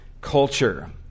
culture